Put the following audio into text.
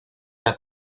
una